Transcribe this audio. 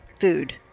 food